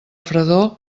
fredor